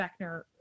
Beckner